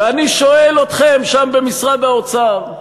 ואני שואל אתכם שם במשרד האוצר: